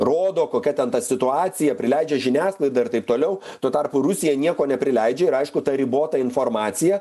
rodo kokia ten ta situacija prileidžia žiniasklaidą ir taip toliau tuo tarpu rusija nieko neprileidžia ir aišku ta ribota informacija